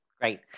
Great